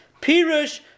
Pirush